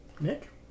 Nick